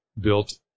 built